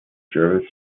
jervis